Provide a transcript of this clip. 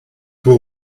will